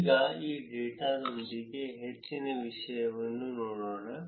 ಈಗ ಈ ಡೇಟಾದೊಂದಿಗೆ ಹೆಚ್ಚಿನ ವಿಶ್ಲೇಷಣೆಯನ್ನು ನೋಡೋಣ